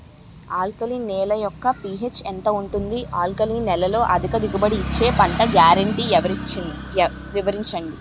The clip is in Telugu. ఆల్కలి నేల యెక్క పీ.హెచ్ ఎంత ఉంటుంది? ఆల్కలి నేలలో అధిక దిగుబడి ఇచ్చే పంట గ్యారంటీ వివరించండి?